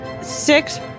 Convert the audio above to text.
six